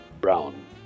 brown